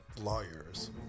lawyers